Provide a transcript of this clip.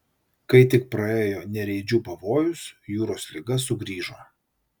kai tik praėjo nereidžių pavojus jūros liga sugrįžo